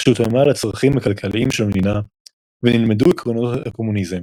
שהותאמה לצרכים הכלכליים של המדינה ונלמדו עקרונות הקומוניזם.